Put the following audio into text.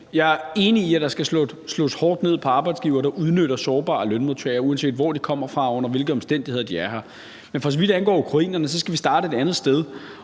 Jeg er enig i, at der skal slås hårdt ned på arbejdsgivere, der udnytter sårbare lønmodtagere, uanset hvor de kommer fra og under hvilke omstændigheder de er her. Men for så vidt angår ukrainerne, skal vi starte et andet sted.